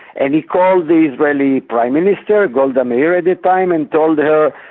and he called the israeli prime minister, golda meir at the time, and told her,